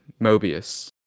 Mobius